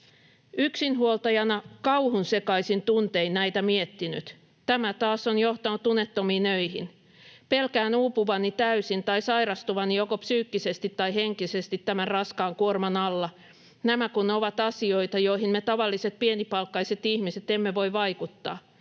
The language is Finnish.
”Yksinhuoltajana kauhunsekaisin tuntein olen näitä miettinyt. Tämä taas on johtanut unettomiin öihin. Pelkään uupuvani täysin tai sairastuvani joko psyykkisesti tai henkisesti tämän raskaan kuorman alla, nämä kun ovat asioita, joihin me tavalliset pienipalkkaiset ihmiset emme voi vaikuttaa.